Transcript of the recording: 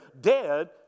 dead